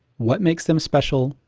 what makes them special,